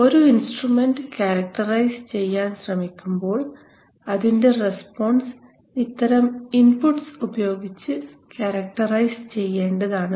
ഒരു instrument characterise ചെയ്യാൻ ശ്രമിക്കുമ്പോൾ അതിൻറെ റെസ്പോൺസ് ഇത്തരം ഇൻപുട്ട്സ് ഉപയോഗിച്ച് ക്യാരക്ടറൈസ് ചെയ്യേണ്ടതാണ്